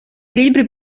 libri